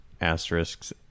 asterisks